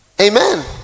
amen